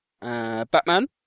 Batman